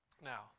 Now